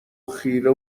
خیره